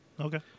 Okay